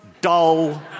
dull